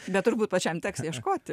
bet turbūt pačiam teks ieškoti